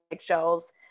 shells